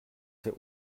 fait